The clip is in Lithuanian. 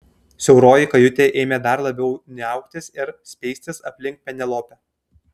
siauroji kajutė ėmė dar labiau niauktis ir speistis aplink penelopę